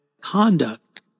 conduct